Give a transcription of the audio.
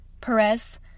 Perez